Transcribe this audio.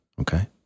Okay